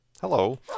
Hello